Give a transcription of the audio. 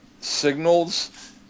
Signals